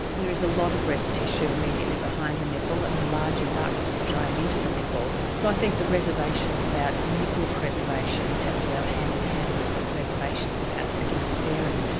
there's a lot of breast tissue immediately behind the nipple and the larger ducts drain into the nipple so i think the reservations about nipple preservation have to go hand in hand with the reservations about skin-sparing.